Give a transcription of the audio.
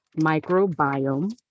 microbiome